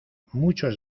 muchos